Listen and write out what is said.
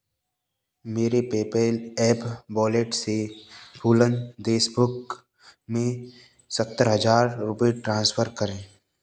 मेरे PayPal app wallet से फूलन देशमुख में सत्तर हज़ार रुपये ट्रांसफर करें